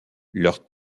leurs